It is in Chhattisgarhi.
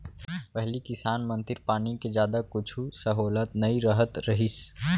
पहिली किसान मन तीर पानी के जादा कुछु सहोलत नइ रहत रहिस